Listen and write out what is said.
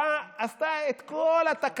באה, עשתה את כל התקלות,